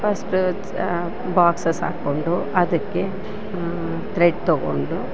first ಚಾ boxes ಹಾಕೊಂಡು ಅದಕ್ಕೆ ತ್ರೆಡ್ ತಗೊಂಡು